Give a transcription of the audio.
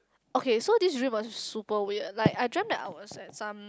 okay so this dream paralysis is super weird like I dreamt that I was at some